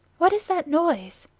what is that noise?